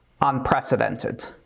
unprecedented